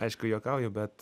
aišku juokauju bet